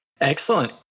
Excellent